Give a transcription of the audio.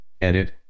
edit